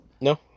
No